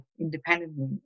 independently